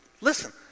Listen